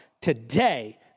today